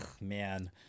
man